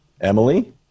Emily